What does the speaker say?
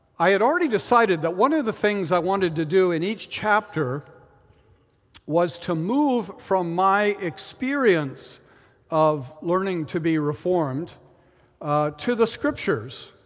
i had already decided that one of the things i wanted to do in each chapter was to move from my experience of learning to be reformed to the scriptures,